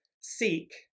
seek